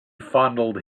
fondled